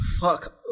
fuck